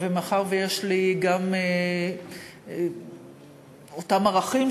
ומאחר שיש לי גם אותם ערכים,